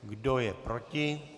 Kdo je proti?